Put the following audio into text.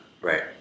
Right